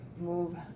move